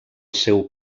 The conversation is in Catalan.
seu